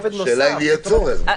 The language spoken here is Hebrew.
השאלה אם יהיה צורך בכך.